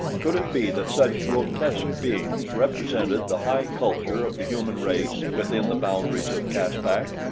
could it be that such grotesque beings represented the high culture of the human race within the boundaries of caspak?